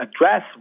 address